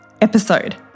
episode